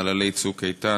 חללי "צוק איתן",